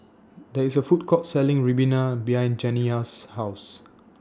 There IS A Food Court Selling Ribena behind Janiyah's House